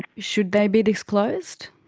should they be disclosed?